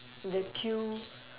the Q